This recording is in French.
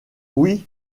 oui